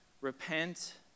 Repent